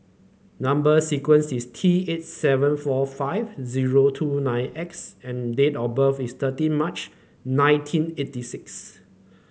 number sequence is T eight seven four five zero two nine X and date of birth is thirty March nineteen eighty six